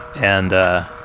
and